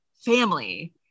family